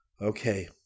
Okay